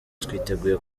twiteguye